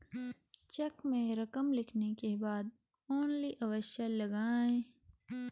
check में रकम लिखने के बाद ओन्ली अवश्य लगाएँ